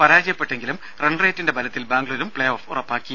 പരാജയപ്പെട്ടെങ്കിലും റൺറേറ്റിന്റെ ബലത്തിൽ ബാംഗ്ലൂരും പ്ലേ ഓഫ് ഉറപ്പാക്കി